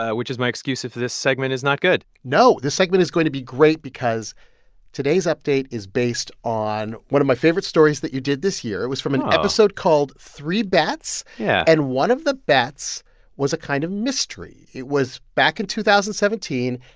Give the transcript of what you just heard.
ah which is my excuse if this segment is not good no, this segment is going to be great because today's update is based on one of my favorite stories that you did this year. was from an episode called three bets. yeah and one of the bets was a kind of mystery. it was back in two thousand and seventeen,